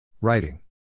Writing